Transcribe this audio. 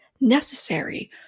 necessary